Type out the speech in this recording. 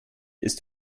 ist